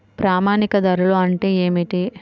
ప్రామాణిక ధరలు అంటే ఏమిటీ?